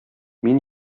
мин